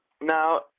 Now